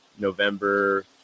November